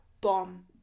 bomb